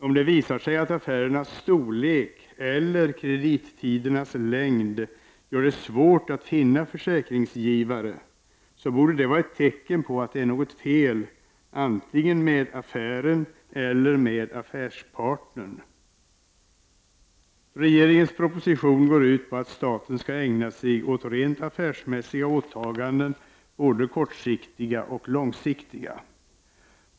Om det visar sig att affärernas storlek eller kredittidernas längd gör det svårt att finna försäkringsgivare, borde det vara ett tecken på att det är något fel antingen på affären eller på affärspartnern. Regeringens proposition går ut på att staten skall ägna sig åt rent affärsmässiga åtaganden, både kortsiktiga och långsiktiga.